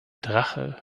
drache